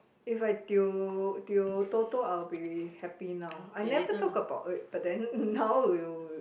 if I tio tio Toto I will be happy now I never talk about it but then now we'll